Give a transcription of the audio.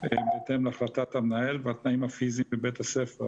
בהתאם להחלטת המנהל והתנאים הפיזיים בבית הספר.